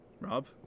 Rob